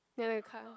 behind the car